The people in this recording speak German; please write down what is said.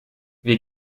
wir